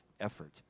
effort